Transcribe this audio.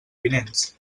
vinents